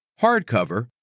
hardcover